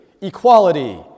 equality